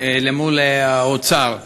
מול האוצר.